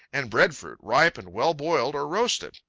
and breadfruit, ripe and well boiled or roasted!